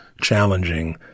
challenging